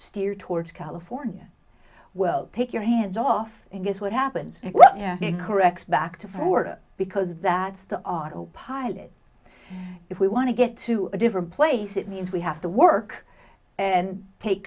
steer towards california well take your hands off and guess what happens well correct back to florida because that's the our pilot if we want to get to a different place it means we have to work and take